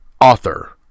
author